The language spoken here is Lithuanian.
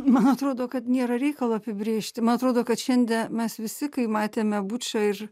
man atrodo kad nėra reikalo apibrėžti man atrodo kad šiandie mes visi kai matėme bučą ir